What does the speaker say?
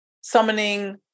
summoning